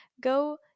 Go